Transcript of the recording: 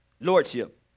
Lordship